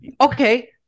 Okay